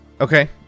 Okay